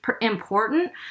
important